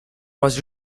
was